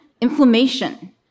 inflammation